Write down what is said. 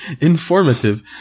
informative